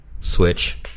Switch